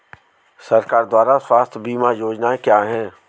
सरकार द्वारा स्वास्थ्य बीमा योजनाएं क्या हैं?